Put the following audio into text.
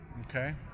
Okay